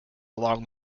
along